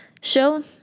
show